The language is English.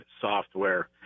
software